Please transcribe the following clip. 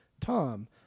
Tom